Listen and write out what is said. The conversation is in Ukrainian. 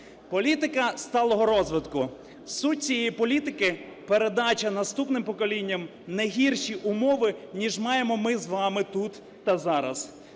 Політика сталого розвитку. Суть цієї політики – передача наступним поколінням не гірші умови, ніж маємо ми з вами тут та зараз.